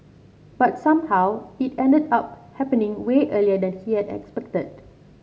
but somehow it ended up happening way earlier than he had expected